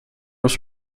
was